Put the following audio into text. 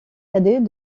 cadet